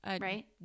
right